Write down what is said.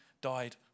died